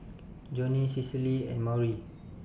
Joni Cicely and Maury